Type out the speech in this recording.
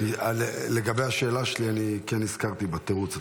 לגבי השאלה שלי, אני כן נזכרתי בתירוץ.